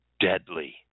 deadly